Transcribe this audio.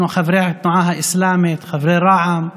חברי התנועה האסלאמית, חברי רע"מ,